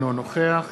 אינו נוכח